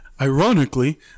Ironically